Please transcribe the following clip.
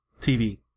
TV